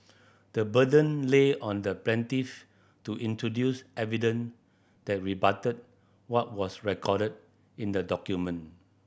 the burden lay on the plaintiff to introduce evidence that rebutted what was recorded in the document